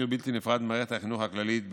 ובלתי נפרד ממערכת החינוך הכללית בישראל,